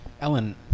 Ellen